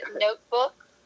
notebook